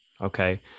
okay